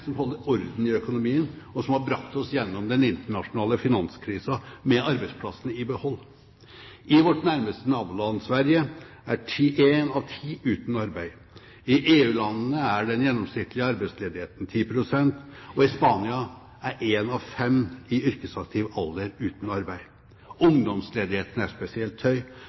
som holder orden i økonomien, og som har brakt oss igjennom den internasjonale finanskrisen med arbeidsplassene i behold. I vårt nærmeste naboland, Sverige, er én av ti uten arbeid. I EU-landene er det en gjennomsnittlig arbeidsledighet på 10 pst., og i Spania er én av fem i yrkesaktiv alder uten arbeid. Ungdomsledigheten er spesielt høy.